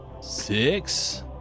Six